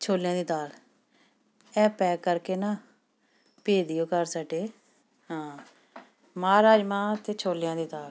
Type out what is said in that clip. ਛੋਲਿਆਂ ਦੀ ਦਾਲ ਇਹ ਪੈਕ ਕਰਕੇ ਨਾ ਭੇਜ ਦਿਓ ਘਰ ਸਾਡੇ ਹਾਂ ਮਾਂਹ ਰਾਜਮਾਂਹ ਅਤੇ ਛੋਲਿਆਂ ਦੀ ਦਾਲ